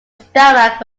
stomach